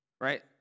Right